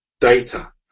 data